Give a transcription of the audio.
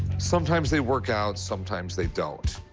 sometimes they work out. sometimes they don't.